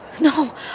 No